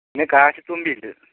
പിന്നെ കാശിതുമ്പയുണ്ട്